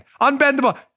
unbendable